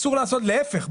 להיפך,